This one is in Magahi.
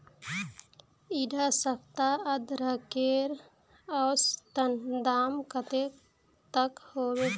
इडा सप्ताह अदरकेर औसतन दाम कतेक तक होबे?